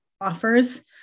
offers